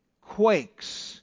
quakes